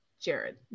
Jared